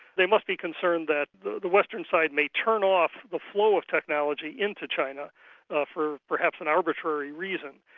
there must be concern that the the western side may turn off the flow of technology into china ah for perhaps an arbitrary reason,